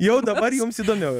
jau dabar jums įdomiau